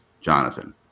Jonathan